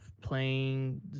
playing